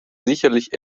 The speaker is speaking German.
sicherlich